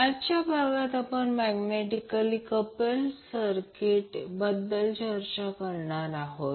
आजच्या भागात आपण मैग्नेटिकली कप्लड सर्किट बाबत चर्चा करणार आहोत